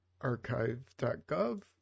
archive.gov